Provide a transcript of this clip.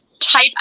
Type